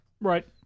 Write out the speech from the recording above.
Right